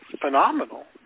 phenomenal